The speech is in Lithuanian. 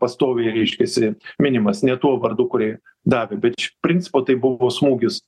pastoviai reiškiasi minimas ne tuo vardu kurį davė bet iš principo tai buvo smūgis